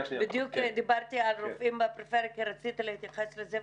בדיוק דיברתי על רופאים בפריפריה כי רציתי להתייחס לזה,